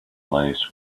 lives